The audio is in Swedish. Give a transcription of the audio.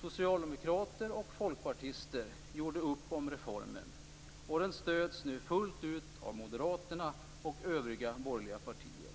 Socialdemokrater och folkpartister gjorde upp om reformen, och den stöds nu fullt ut av moderaterna och övriga borgerliga partier.